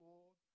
Lord